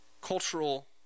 cultural